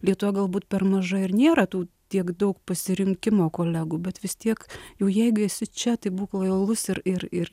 lietuva galbūt per mažai ir nėra tų tiek daug pasirinkimo kolegų bet vis tiek jau jeigu esi čia tai būk lojalus ir ir ir